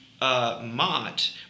Mott